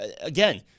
again